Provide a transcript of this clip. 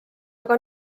aga